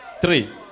three